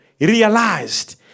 realized